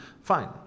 Fine